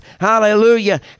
Hallelujah